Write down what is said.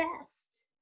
best